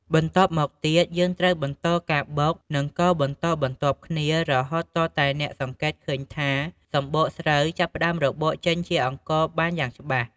បន្ទាប់មកទៀត យើងត្រូវបន្តការបុក និងកូរបន្តបន្ទាប់គ្នារហូតទាល់តែអ្នកសង្កេតឃើញថាសម្បកស្រូវចាប់ផ្ដើមរបកចេញជាអង្ករបានយ៉ាងច្បាស់។